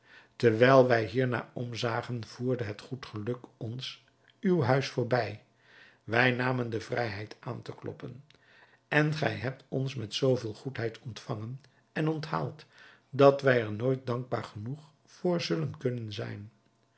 terwijl wij hiernaar omzagen voerde het goed geluk ons uw huis voorbij wij namen de vrijheid aan te kloppen en gij hebt ons met zoo veel goedheid ontvangen en onthaald dat wij er nooit dankbaar genoeg voor zullen kunnen zijn